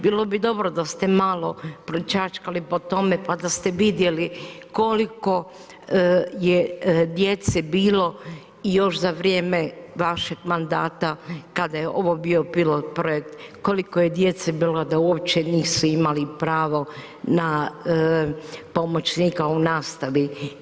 Bilo bi dobro da ste malo pročačkali po tome pa da ste vidjeli koliko je djece bilo i još za vrijeme vašeg mandata kada je ovo bio pilot projekt, koliko je djece bilo da uopće nisu imali pravo na pomoćnika u nastavi.